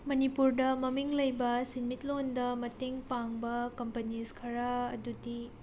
ꯃꯅꯤꯄꯨꯔꯗ ꯃꯃꯤꯡ ꯂꯩꯕ ꯁꯦꯃꯤꯠꯂꯣꯟꯗ ꯃꯇꯦꯡ ꯄꯥꯡꯕ ꯀꯝꯄꯅꯤꯁ ꯈꯔ ꯑꯗꯨꯗꯤ